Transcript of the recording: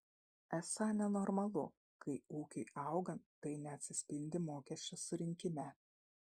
esą nenormalu kai ūkiui augant tai neatsispindi mokesčių surinkime